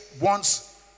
wants